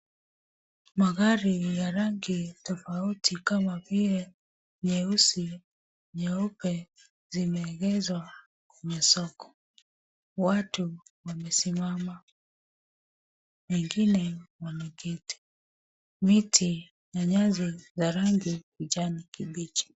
Magari ya rangi tofauti kama vile nyeusi, nyeupe zimeegezwa kwenye soko. Watu wamesimama, wengine wameketi. Miti na nyasi ya rangi ya kijani kibichi.